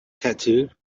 tattooed